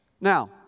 Now